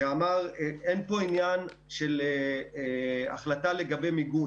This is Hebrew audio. אין פה עניין של החלטה לגבי מיגון.